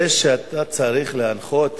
זה שאתה צריך להנחות